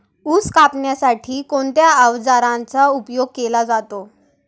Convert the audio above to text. ऊस कापण्यासाठी कोणत्या अवजारांचा उपयोग केला जातो?